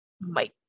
Mike